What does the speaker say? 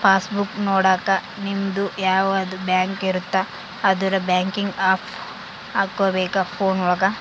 pass book ನೊಡಕ ನಿಮ್ಡು ಯಾವದ ಬ್ಯಾಂಕ್ ಇರುತ್ತ ಅದುರ್ ಬ್ಯಾಂಕಿಂಗ್ ಆಪ್ ಹಕೋಬೇಕ್ ಫೋನ್ ಒಳಗ